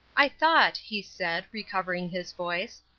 i thought, he said, recovering his voice,